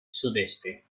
sudeste